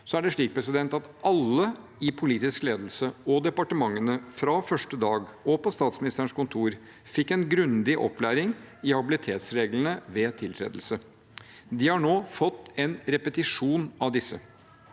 Det er slik at alle i politisk ledelse og departementene fra første dag og på Statsministerens kontor fikk en grundig opplæring i habilitetsreglene ved tiltredelse. De har nå fått en repetisjon av disse.